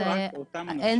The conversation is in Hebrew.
אין